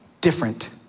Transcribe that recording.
different